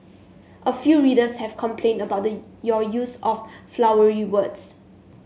a few readers have complained about the your use of 'flowery' words